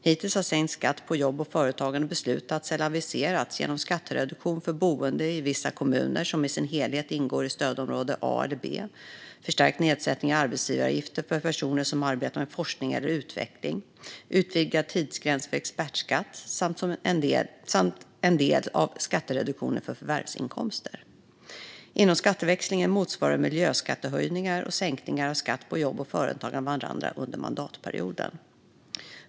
Hittills har sänkt skatt på jobb och företagande beslutats eller aviserats genom skattereduktion för boende i vissa kommuner som i sin helhet ingår i stödområde A eller B, förstärkt nedsättning av arbetsgivaravgifter för personer som arbetar med forskning eller utveckling, utvidgad tidsgräns för expertskatt samt en del av skattereduktionen för förvärvsinkomster. Inom skatteväxlingen motsvarar miljöskattehöjningar och sänkningar av skatt på jobb och företag varandra under mandatperioden.